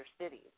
cities